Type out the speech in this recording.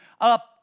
up